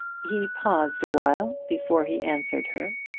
he paused awhile before he answered her.